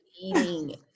eating